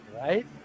right